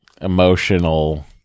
emotional